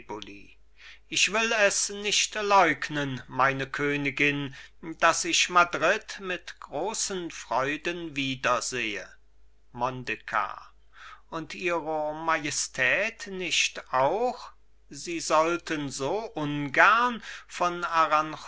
ich will es nicht leugnen meine königin daß ich madrid mit großen freuden wiedersehe mondekar und ihre majestät nicht auch sie sollten so ungern von